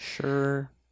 Sure